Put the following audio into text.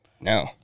No